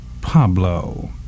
Pablo